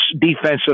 defensive